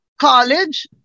college